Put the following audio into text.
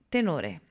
Tenore